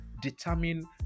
determine